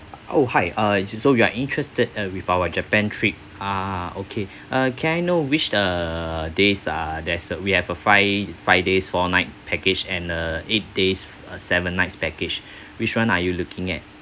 oh hi err so you are interested uh with our japan trip ah okay uh can I know which err days ah there's uh we have a fi~ five days four night package and a eight days uh seven nights package which one are you looking at